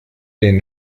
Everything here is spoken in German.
den